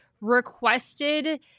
requested